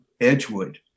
Edgewood